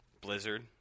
Blizzard